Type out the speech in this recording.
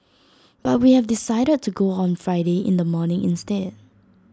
but we have decided to go on Friday in the morning instead